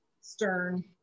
stern